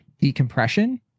decompression